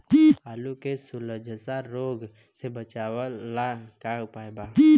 आलू के झुलसा रोग से बचाव ला का उपाय बा?